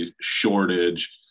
shortage